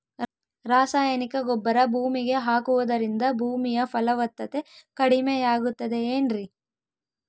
ರಾಸಾಯನಿಕ ಗೊಬ್ಬರ ಭೂಮಿಗೆ ಹಾಕುವುದರಿಂದ ಭೂಮಿಯ ಫಲವತ್ತತೆ ಕಡಿಮೆಯಾಗುತ್ತದೆ ಏನ್ರಿ?